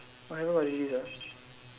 I don't know what it is ah